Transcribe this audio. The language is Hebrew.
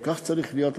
אם כך צריך להיות,